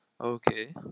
okay